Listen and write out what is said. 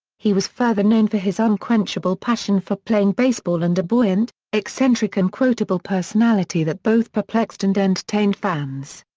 he was further known for his unquenchable passion for playing baseball and a buoyant, eccentric and quotable personality that both perplexed and entertained fans.